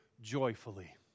joyfully